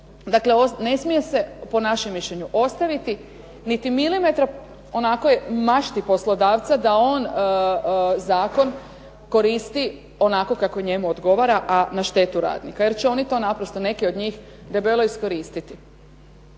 Dakle, ne smije se po našem mišljenju ostaviti niti milimetra onakvoj mašti poslodavca da on zakon koristi onako kako njemu odgovara, a na štetu radnika jer će oni to naprosto neki od njih debelo iskoristiti.